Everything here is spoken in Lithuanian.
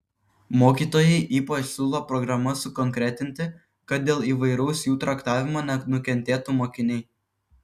mokytojai ypač siūlo programas sukonkretinti kad dėl įvairaus jų traktavimo nenukentėtų mokiniai